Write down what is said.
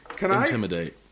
Intimidate